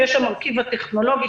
יש את המרכיב הטכנולוגיה,